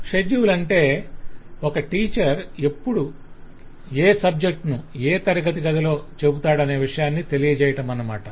schedule అంటే ఒక teacher ఎప్పుడు ఏ సబ్జెక్టు ను ఏ తరగతి గదిలో చెప్పుతాడానే విషయాన్ని తెలియజేయుటమన్నమాట